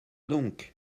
donc